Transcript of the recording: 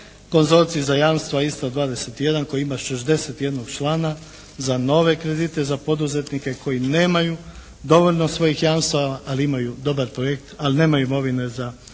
konzorcij za jamstva isto 21 koji ima 61 člana za nove kredite i za poduzetnike koji nemaju dovoljno svojih jamstava, ali imaju dobar projekt, ali nemaju imovine za